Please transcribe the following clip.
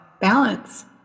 Balance